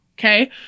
Okay